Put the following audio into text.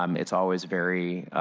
um it's always very